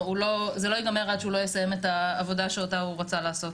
זה לא ייגמר עד שהוא לא יסיים את העבודה שאותה הוא רצה לעשות.